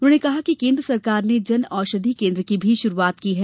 उन्होंने कहा कि केंद्र सरकार ने जन औषधि केंद्र की भी शुरुआत की है